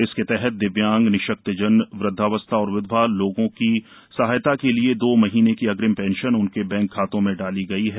इसके तहत दिव्यांग निशक्तजन वृदधावस्था और विधवा लोगों की सहायता के लिए दो माह की अग्रिम पेंशन उनके बैक खाते डाली गई है